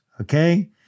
okay